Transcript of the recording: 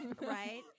right